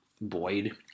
Boyd